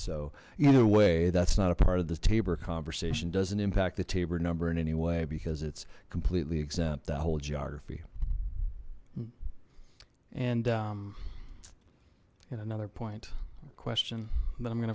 so either way that's not a part of the tabor conversation doesn't impact the tabor number in any way because it's completely exempt that whole geography and in another point question that i'm go